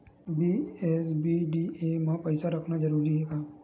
BSBDA मा पईसा रखना जरूरी हे का?